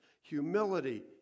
humility